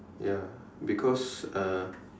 ya because uh